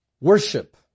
Worship